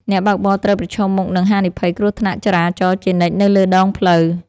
អ្នកបើកបរត្រូវប្រឈមមុខនឹងហានិភ័យគ្រោះថ្នាក់ចរាចរណ៍ជានិច្ចនៅលើដងផ្លូវ។